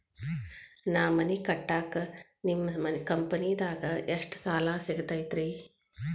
ನಾ ಮನಿ ಕಟ್ಟಾಕ ನಿಮ್ಮ ಕಂಪನಿದಾಗ ಎಷ್ಟ ಸಾಲ ಸಿಗತೈತ್ರಿ?